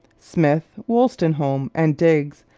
smith, wolstenholme, and digges,